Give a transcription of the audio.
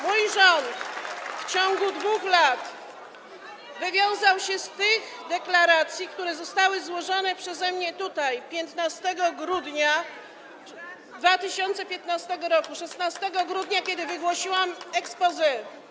Mój rząd w ciągu 2 lat wywiązał się z tych deklaracji, które zostały złożone przeze mnie tutaj 15 grudnia 2015 r., 16 grudnia, kiedy wygłosiłam exposé.